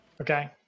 Okay